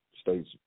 States